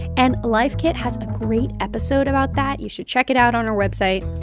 and life kit has a great episode about that. you should check it out on our website.